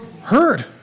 heard